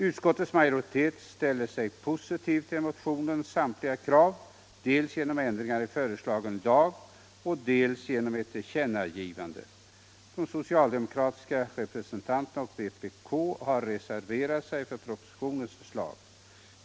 Utskottets majoritet ställde sig positiv till motionens samtliga krav, dels genom ändringar i föreslagen lag, dels genom att göra ett tillkännagivande. De socialdemokratiska representanterna och vpk-ledamoten har reserverat sig till förmån för propositionens förslag.